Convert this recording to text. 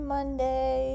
Monday